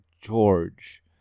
George